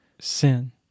sin